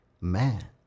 Man